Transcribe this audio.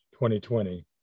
2020